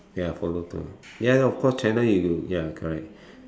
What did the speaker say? ya follow tour ya of course China if you ya correct